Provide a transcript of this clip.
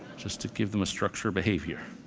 just to give them a structured behavior.